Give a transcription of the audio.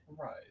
Right